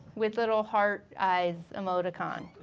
with little heart eyes emoticon.